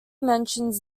mentions